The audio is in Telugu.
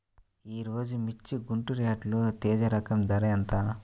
ఈరోజు మిర్చి గుంటూరు యార్డులో తేజ రకం ధర ఎంత?